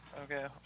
Okay